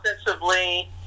Offensively